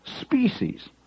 species